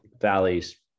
valleys